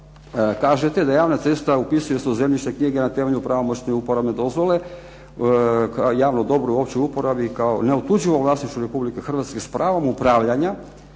kažete da javna cesta upisuje se u zemljišne knjige na temelju pravomoćne i uporabne dozvole, javno dobro u općoj uporabi kao neotuđivo vlasništvo Republike Hrvatske s pravom upravljanja